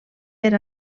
per